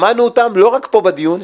שמענו אותן לא רק פה בדיון,